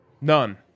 None